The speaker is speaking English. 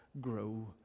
grow